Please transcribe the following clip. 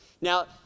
Now